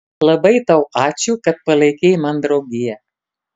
labai tau ačiū kad palaikei man draugiją